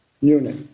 unit